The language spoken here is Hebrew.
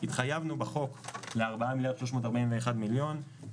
התחייבנו בחוק לארבעה מיליארד ו-341 מיליון שקלים.